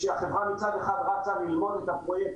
כשהחברה מצד אחד רצה לגמור את הפרויקט